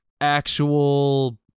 actual